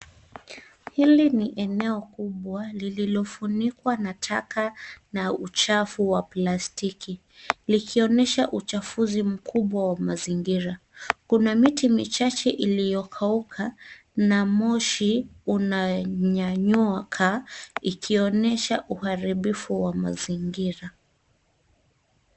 Hili ni eneo kubwa lililofunikwa na taka na uchafu wa plastiki likionyesha uchafuzi mkubwa wa mazingira. Kuna miti michache iliyokauka na moshi unanyanyuka ikionyesha uharibifu wa mazingira.